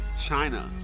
China